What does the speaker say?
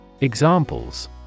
Examples